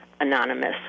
anonymous